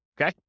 Okay